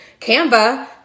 Canva